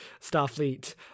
Starfleet